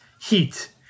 heat